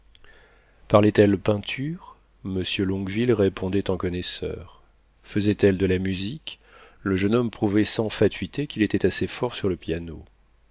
parlait-elle peinture monsieur longueville répondait en connaisseur faisait-elle de la musique le jeune homme prouvait sans fatuité qu'il était assez fort sur le piano